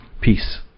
Peace